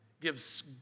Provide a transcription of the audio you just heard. Gives